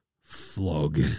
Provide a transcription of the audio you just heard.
flog